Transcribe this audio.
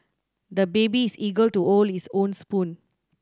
the baby is eager to his own spoon